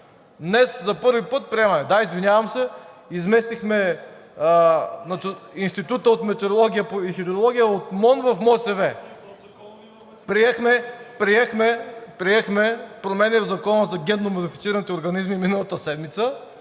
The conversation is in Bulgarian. Днес за първи път приемаме. Да, извинявам се, изместихме Института по метеорология и хидрология от МОН в МОСВ. Приехме промени в Закона за генномодифицираните организми миналата седмица